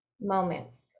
moments